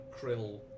krill